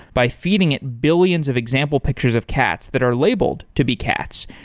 by feeding it billions of example pictures of cats that are labeled to be cats,